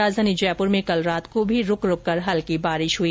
राजधानी जयपुर में कल रात को भी रूक रूककर हल्की बारिश हई